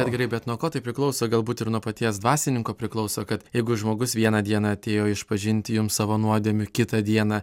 edgarai bet nuo ko tai priklauso galbūt ir nuo paties dvasininko priklauso kad jeigu žmogus vieną dieną atėjo išpažinti jums savo nuodėmių kitą dieną